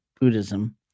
Buddhism